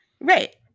Right